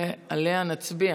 ועליה נצביע.